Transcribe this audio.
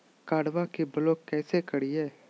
कार्डबा के ब्लॉक कैसे करिए?